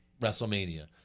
WrestleMania